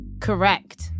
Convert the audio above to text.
Correct